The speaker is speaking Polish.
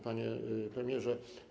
Panie Premierze!